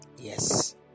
yes